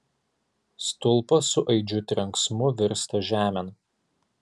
stulpas su aidžiu trenksmu virsta žemėn